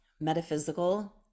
metaphysical